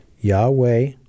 Yahweh